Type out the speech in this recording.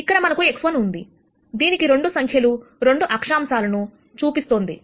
ఇక్కడ మనకు x1 ఉంది దీనికి 2 సంఖ్యలు 2 అక్షాంశాలను చూపిస్తోంది